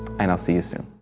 and i'll see you soon.